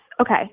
Okay